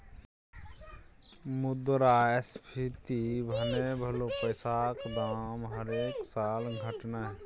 मुद्रास्फीति मने भलौ पैसाक दाम हरेक साल घटनाय